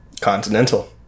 Continental